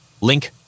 Link